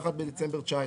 לצידו: